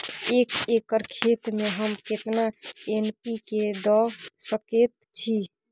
एक एकर खेत में हम केतना एन.पी.के द सकेत छी?